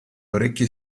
orecchie